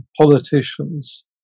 politicians